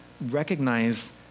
recognize